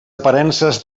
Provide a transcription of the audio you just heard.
aparences